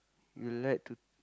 you like to